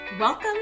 Welcome